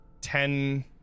ten